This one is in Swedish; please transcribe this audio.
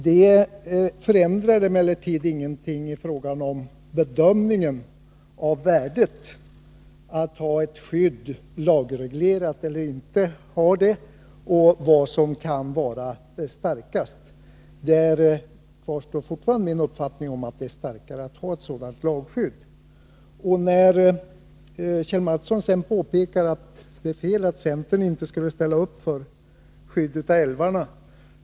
Det förändrar emellertid ingenting i frågan om bedömningen av värdet avatt ha ett skydd av älvarna — lagreglerat eller inte — och av vilket skydd som är starkast. Min uppfattning att det är starkare med ett lagstadgat skydd kvarstår fortfarande. Kjell Mattsson påpekade vidare att det är fel att centern inte skulle stå bakom skyddet av älvarna.